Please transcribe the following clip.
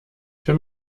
für